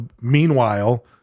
meanwhile